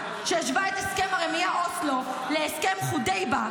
שהשווה את הסכם הרמייה אוסלו להסכם חודיבה,